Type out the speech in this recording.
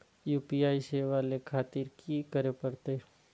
UPI सेवा ले खातिर की करे परते?